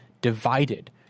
divided